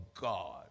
God